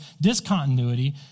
discontinuity